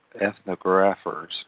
ethnographers